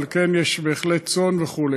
אבל כן יש צאן וכו'.